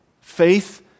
faith